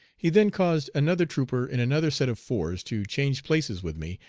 he then caused another trooper in another set of fours to change places with me,